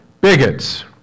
bigots